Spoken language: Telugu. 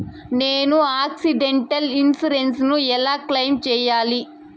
నేను ఆక్సిడెంటల్ ఇన్సూరెన్సు ను ఎలా క్లెయిమ్ సేయాలి?